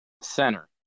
Center